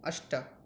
अष्ट